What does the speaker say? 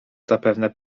zapewne